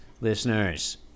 listeners